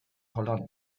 holland